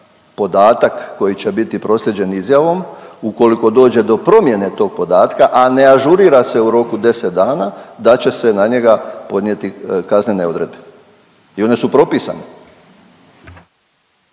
podatak koji će biti proslijeđen izjavom, ukoliko dođe do promjene tog podatka, a ne ažurira se u roku 10 dana da će se na njega podnijeti kaznene odredbe i one su propisane.